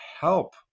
help